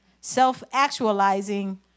self-actualizing